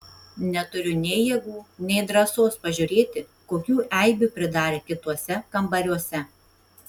neturiu nei jėgų nei drąsos pažiūrėti kokių eibių pridarė kituose kambariuose